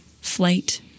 flight